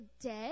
dead